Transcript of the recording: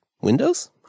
Windows